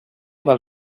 del